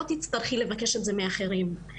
לא תצטרכי לבקש את זה מאחרים".